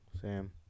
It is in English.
Sam